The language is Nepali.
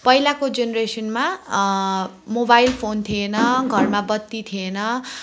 पहिलाको जेनरेसनमा मोबाइल फोन थिएन घरमा बत्ती थिएन